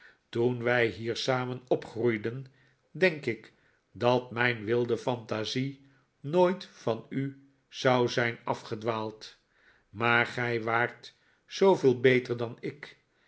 toen wij hier samen opgroeiden denk ik dat mijn wilde fantasie nooit van u zou zijn afgedwaald maar gij waart zooveel beter dan ik